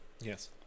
Yes